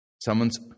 Someone's